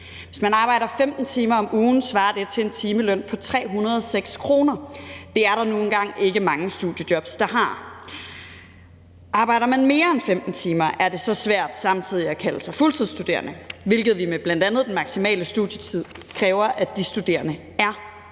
Hvis man arbejder 15 timer om ugen, svarer det til en timeløn på over 306 kr. Det er der nu engang ikke mange studiejobs der giver. Arbejder man mere end 15 timer, er det svært så samtidig at kalde sig fuldtidsstuderende, hvilket vi med bl.a. den maksimale studietid kræver at de studerende er.